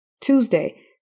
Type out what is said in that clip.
Tuesday